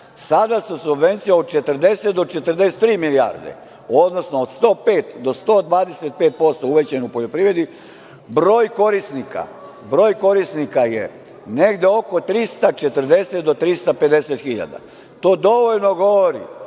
Sada su subvencije od 40 do 43 milijarde, odnosno od 105 do 125% uvećane u poljoprivredi, broj korisnika je negde oko 340 do 350 hiljada. To dovoljno govori